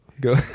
Go